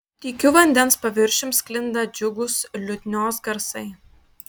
tykiu vandens paviršium sklinda džiugūs liutnios garsai